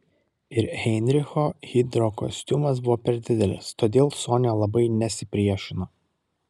ir heinricho hidrokostiumas buvo per didelis todėl sonia labai nesipriešino